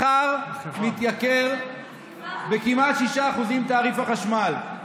מחר מתייקר כמעט ב-6% תעריף החשמל.